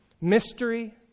Mystery